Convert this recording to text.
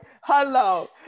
Hello